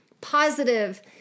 positive